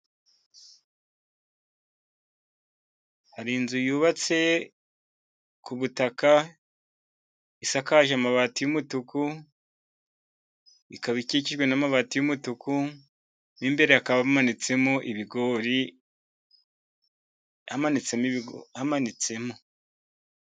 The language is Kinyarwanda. Hari inzu yubatse ku butaka, isakaje amabati y'umutuku, ikaba ikikijwe n'amabati y'umutuku, mo imbere hakaba hamanitsemo ibigori.